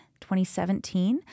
2017